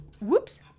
whoops